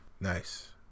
Nice